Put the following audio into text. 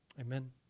Amen